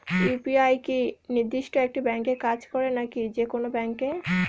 UPI কি নির্দিষ্ট একটি ব্যাংকে কাজ করে নাকি যে কোনো ব্যাংকে?